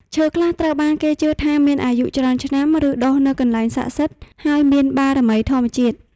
ឈើខ្លះត្រូវបានគេជឿថាមានអាយុច្រើនឆ្នាំ ឬដុះនៅកន្លែងស័ក្តិសិទ្ធិ ហើយមានបារមីធម្មជាតិ។